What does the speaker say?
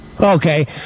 Okay